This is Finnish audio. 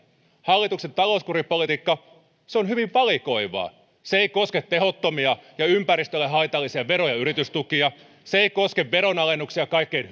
hallituksen talouskuripolitiikka on hyvin valikoivaa se ei koske tehottomia ja ympäristölle haitallisia veroja ja yritystukia se ei koske veronalennuksia kaikkein